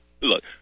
look